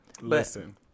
Listen